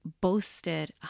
boasted